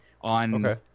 on